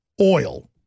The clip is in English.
Oil